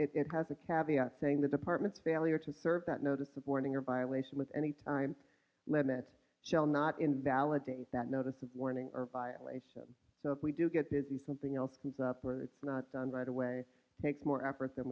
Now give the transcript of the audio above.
five it has a caviar saying the department failure to serve that notice of warning or violation with any time limit shall not invalidate that notice of warning or violation so if we do get to the something else comes up or it's not done right away takes more effort than